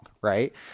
right